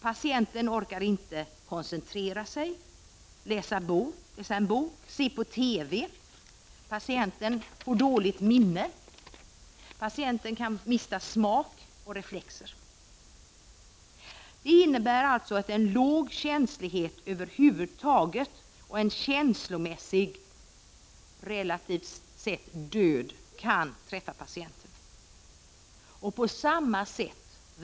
Patienten orkar inte koncentrera sig, läsa en bok eller se på TV. Patienten får dåligt minne och kan mista smaksinnet och reflexer. Detta innebär en låg känslighet över huvud taget och känslomässigt sett en levande död. Amfetamin verkar på samma sätt.